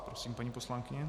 Prosím, paní poslankyně.